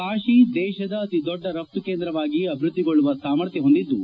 ಕಾಶಿ ದೇಶದ ಅತಿ ದೊಡ್ಡ ರಫ್ತು ಕೇಂದ್ರವಾಗಿ ಅಭಿವ್ಯದ್ಲಿಗೊಳ್ಳುವ ಸಾಮರ್ಥ್ನ ಹೊಂದಿದ್ಲು